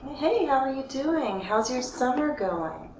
hey. how are you doing? how's your summer going?